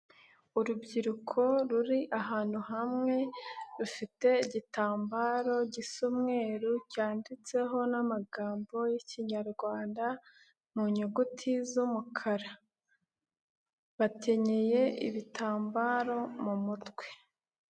Urubyiruko ruri ahantu hamwe rufite igitambaro gisa umweru cyanditseho amagambo y'Ikinyarwanda mu nyuguti z'umukara, bakenyeye ibitambaro mu mutwe.